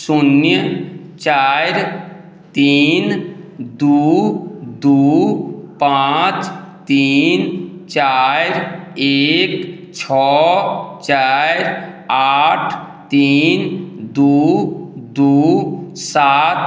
शून्य चारि तीन दू दू पॉंच तीन चारि एक छओ चारि आठ तीन दू दू सात